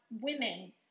women